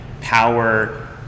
power